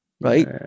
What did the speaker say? Right